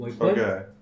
Okay